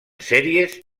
sèries